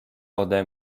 ode